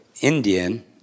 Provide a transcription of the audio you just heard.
Indian